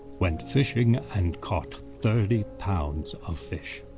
went fishing and caught thirty pounds of fish,